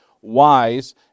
wise